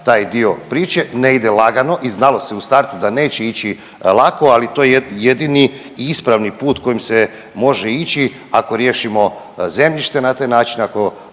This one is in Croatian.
taj dio priče, ne ide lagano i znalo se u startu da neće ići lako ali to je jedini i ispravni put kojim se može ići ako riješimo zemljište na taj način,